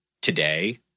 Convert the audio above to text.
today